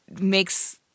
makes